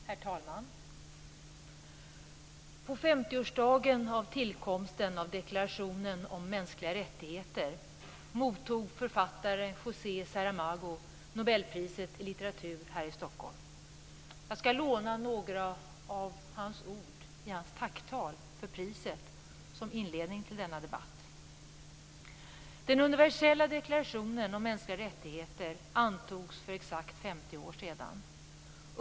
Herr talman! På 50-årsdagen av tillkomsten av deklarationen av mänskliga rättigheter mottog författare José Saramago nobelpriset i litteratur här i Stockholm. Jag skall låna några av hans ord i hans tacktal som inledning till denna debatt "Den universella deklarationen av mänskliga rättigheter antogs för exakt 50 år sedan.